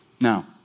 Now